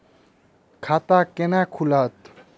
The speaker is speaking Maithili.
खाता केना खुलत?